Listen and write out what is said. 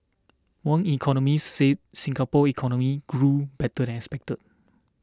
one economist said Singapore's economy grew better than expected